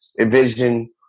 envision